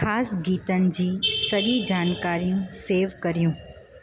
ख़ासि गीतनि जी सॼी जानकारियूं सेव करियो